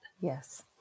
Yes